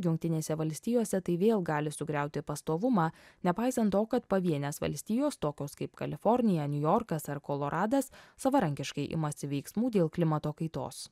jungtinėse valstijose tai vėl gali sugriauti pastovumą nepaisant to kad pavienės valstijos tokios kaip kalifornija niujorkas ar koloradas savarankiškai imasi veiksmų dėl klimato kaitos